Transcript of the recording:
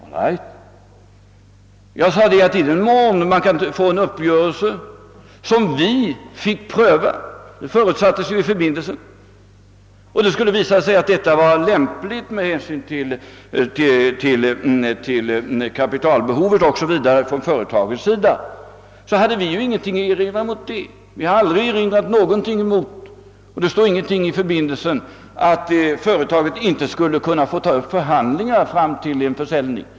All right — jag svarade att i den mån man kunde få en uppgörelse, som vi fick pröva — det förutsattes ju i förbindelsen — och den skulle visa sig vara lämplig med hänsyn till kapitalbehovet m. m, från företagets sida, så hade vi ingenting att erinra. Vi har aldrig gjort några erinringar, och det står ingenting i förbindelsen om att företaget inte skulle kunna få ta upp förhandlingar ända fram till en försäljning.